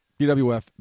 BWF